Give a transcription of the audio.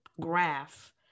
graph